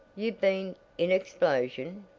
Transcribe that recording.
you been in explosion?